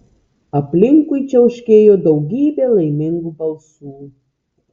aplinkui čiauškėjo daugybė laimingų balsų